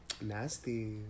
Nasty